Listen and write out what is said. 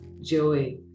joy